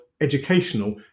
educational